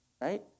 right